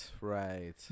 right